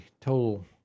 total